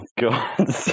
God